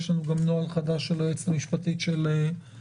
יש לנו גם נוהל חדש של היועצת המשפטית של הכנסת,